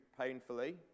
painfully